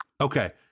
okay